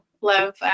love